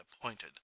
appointed